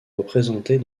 représentés